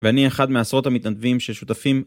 ואני אחד מהעשרות המתנדבים ששותפים